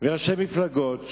וראשי מפלגות,